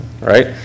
right